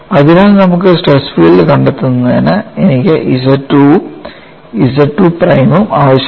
അതിനാൽ നമുക്ക് stress field കണ്ടെത്തുന്നതിന് എനിക്ക് ZII യും ZII പ്രൈമും ആവശ്യമാണ്